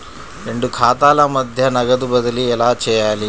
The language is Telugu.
రెండు ఖాతాల మధ్య నగదు బదిలీ ఎలా చేయాలి?